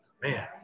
man